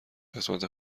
قسمت